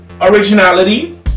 originality